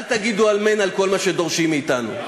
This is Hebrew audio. אל תגידו אמן על כל מה שדורשים מאתנו.